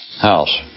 house